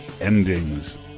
endings